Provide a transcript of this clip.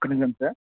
ఒక్క నిమిషం సార్